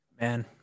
Man